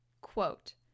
Quote